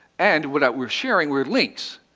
and what we're sharing were links,